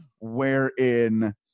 wherein